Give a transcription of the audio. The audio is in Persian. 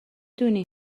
دونی